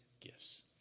gifts